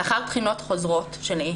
לאחר תחינות חוזרות שלי,